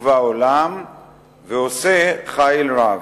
ובעולם ועושה חיל רב.